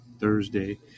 Thursday